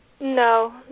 No